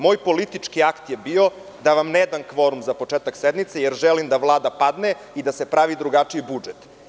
Moj politički akt je bio da vam ne dam kvorum za početak sednice, jer želim da Vlada padne i da se pravi drugačiji budžet.